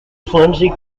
flimsy